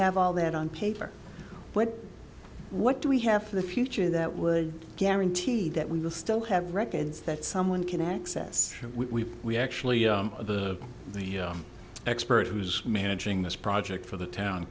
have all that on paper but what do we have for the future that would guarantee that we will still have records that someone can access we we actually the expert who's managing this project for the town